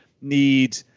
need